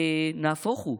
נהפוך הוא.